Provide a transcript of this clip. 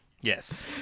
yes